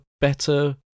better